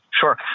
sure